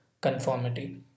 conformity